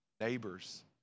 neighbors